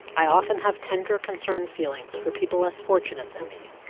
i often have tender, concerned feelings for people less fortunate than me